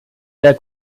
der